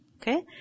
Okay